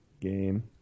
game